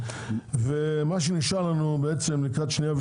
ומה שנשאר לנו בעצם לקראת שנייה,